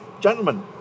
gentlemen